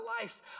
life